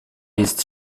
jest